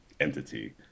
entity